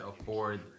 afford